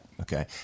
Okay